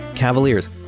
cavaliers